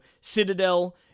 citadel